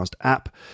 app